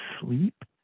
sleep